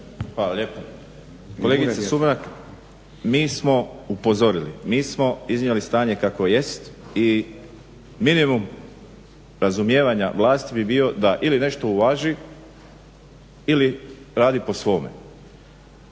Josip (HDZ)** Kolegice Sumrak, mi smo upozorili, mi smo iznijeli stanje kakvo jest i minimum razumijevanja vlasti bi bio da ili nešto uvaži ili radi po svome.